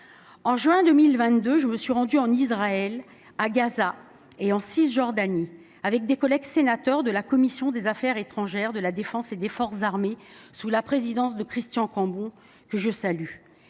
En juin 2022, je me suis rendue en Israël, à Gaza et en Cisjordanie avec d’autres membres de la commission des affaires étrangères, de la défense et des forces armées, alors présidée par M. Cambon, que je salue.